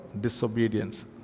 disobedience